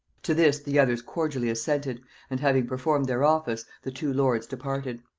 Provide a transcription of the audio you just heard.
to this the others cordially assented and having performed their office, the two lords departed.